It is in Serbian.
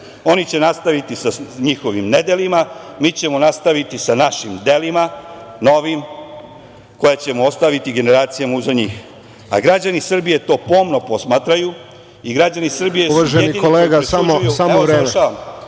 će nastaviti sa njihovim nedelima, mi ćemo nastaviti sa našim delima, novim koje ćemo ostaviti generacijama iza njih, a građani Srbije to pomno posmatraju i građani Srbije su jedini koji presuđuju